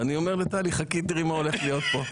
אני אומר לטלי: חכי תראי מה הולך להיות פה.